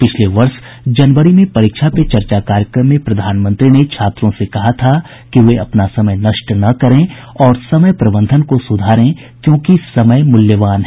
पिछले वर्ष जनवरी में परीक्षा पे चर्चा कार्यक्रम में प्रधानमंत्री ने छात्रों से कहा था कि वे अपना समय नष्ट न करें और समय प्रबंधन को सुधारें क्योंकि समय मूल्यवान है